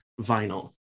vinyl